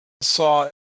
saw